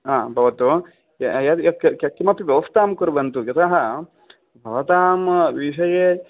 भवतु किमपि व्यवस्थां कुर्वन्तु यतः भवतां विषये